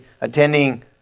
attending